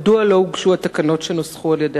מדוע לא הוגשו התקנות שנוסחו על-ידי